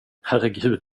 herregud